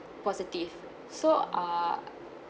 positive so uh